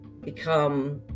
become